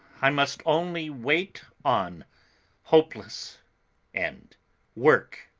i must only wait on hopeless and work.